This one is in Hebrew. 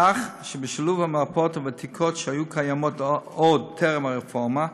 כך שבשילוב המרפאות הוותיקות שהיו קיימות עוד טרם הרפורמה,